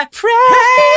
pray